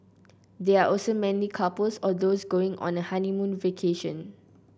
they are also mainly couples or those going on a honeymoon vacation